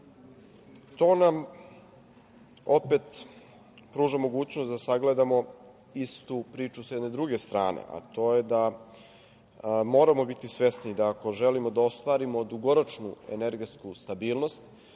To nam opet pruža mogućnost da sagledamo istu priču sa jedne druge strane, a to je da moramo biti svesni da ako želimo da ostvarimo dugoročnu energetsku stabilnost,